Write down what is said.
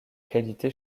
qualité